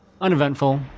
uneventful